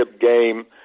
game